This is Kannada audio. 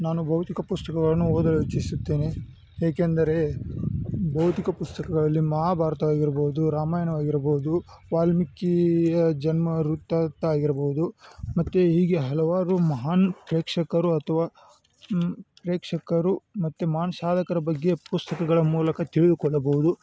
ನಾನು ಭೌತಿಕ ಪುಸ್ತಕಗಳನ್ನು ಓದಲು ಇಚ್ಚಿಸುತ್ತೇನೆ ಏಕೆಂದರೇ ಭೌತಿಕ ಪುಸ್ತಕಗಳಲ್ಲಿ ಮಹಾಭಾರತವಾಗಿರ್ಬೋದು ರಾಮಾಯಣವಾಗಿರ್ಬೋದು ವಾಲ್ಮೀಕಿಯ ಜನ್ಮ ವೃತ್ತಾಂತ ಆಗಿರ್ಬೋದು ಮತ್ತು ಹೀಗೆ ಹಲವಾರು ಮಹಾನ್ ಪ್ರೇಕ್ಷಕರು ಅಥ್ವ ಪ್ರೇಕ್ಷಕರು ಮತ್ತು ಮಹಾನ್ ಸಾಧಕರ ಬಗ್ಗೆ ಪುಸ್ತಕಗಳ ಮೂಲಕ ತಿಳಿದುಕೊಳ್ಳಬಹುದು